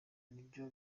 nibyo